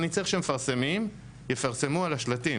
אני צריך שמפרסמים יפרסמו על השלטים,